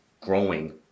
growing